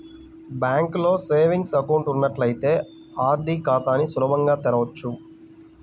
బ్యాంకులో savings account ఉన్నట్లయితే RD ఖాతాని సులభంగా తెరవచ్చు